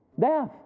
Death